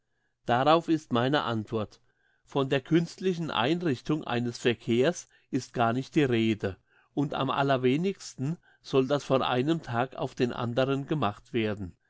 darauf ist meine antwort von der künstlichen einrichtung eines verkehrs ist gar nicht die rede und am allerwenigsten soll das von einem tag auf den anderen gemacht werden